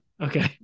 Okay